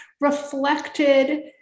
reflected